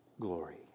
glory